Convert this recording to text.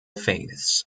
faiths